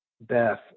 Beth